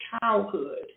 childhood